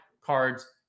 cards